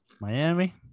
Miami